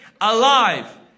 alive